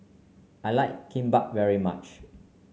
I like Kimbap very much